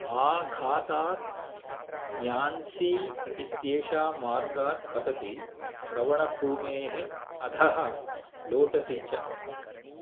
आघातात् Nancy इत्येषा मार्गात् पतति प्रवणभूमेः अधः लोटति च